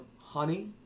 honey